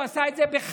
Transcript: הוא עשה את זה בכוונה,